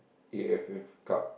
A_F_F-Cup